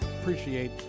appreciate